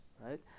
right